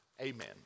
Amen